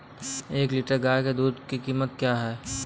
एक लीटर गाय के दूध की कीमत क्या है?